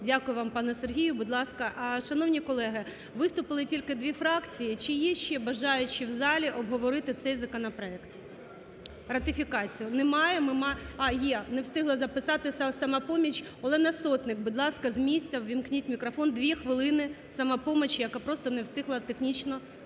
Дякую вам, пане Сергію. Будь ласка…. Шановні колеги, виступили тільки дві фракції. Чи є ще бажаючі в залі обговорити цей законопроект? Ратифікацію. Немає? А, є. Не встигла записатися "Самопоміч". Олена Сотник, будь ласка, з місця. Ввімкніть мікрофон, дві хвилини. "Самопоміч", яка просто не встигла технічно